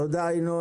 תודה ינון.